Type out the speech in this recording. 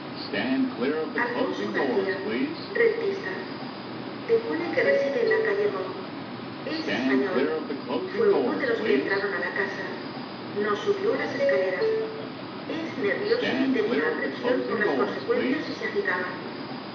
alfonso garcía rentista depone que reside en l a calle morgue es español f u é uno de los que entraron á la casa no subió las escaleras e s nervioso v tenía íoo edgar poe novelas y cuentos aprensión por las consecuencias si se agitaba